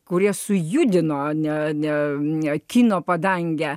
kurie sujudino ne ne ne kino padangę